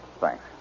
Thanks